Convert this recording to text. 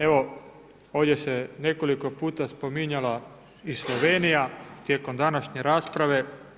Evo ovdje se nekoliko puta spominjala i Slovenija tijekom današnje rasprave.